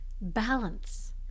balance